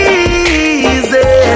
easy